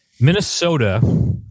Minnesota